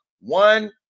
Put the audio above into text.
One